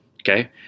Okay